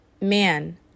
man